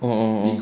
mm mm mm